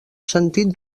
sentit